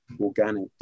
organic